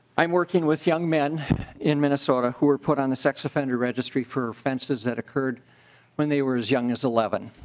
i'm working with young men in minnesota were put on the sex offender registry for offenses that occurred when they were as young as eleven.